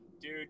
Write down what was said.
Dude